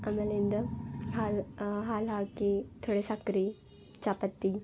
ಆಮೇಲಿಂದ ಹಾಲು ಹಾಲು ಹಾಕಿ ಥೊಡೆ ಸಕ್ರೆ ಚಾಪತ್ತಿ